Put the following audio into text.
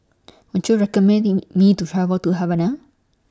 Would YOU recommend Me to travel to Havana